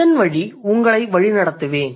இதன்வழி உங்களை வழிநடத்துவேன்